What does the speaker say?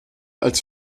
als